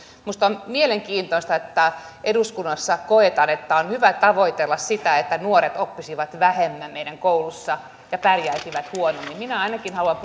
minusta on mielenkiintoista että eduskunnassa koetaan että on hyvä tavoitella sitä että nuoret oppisivat vähemmän meidän koulussa ja pärjäisivät huonommin minä ainakin haluan